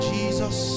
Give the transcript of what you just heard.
Jesus